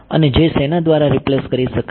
અને J શેના દ્વારા રિપ્લેસ કરી શકાય